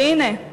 והנה,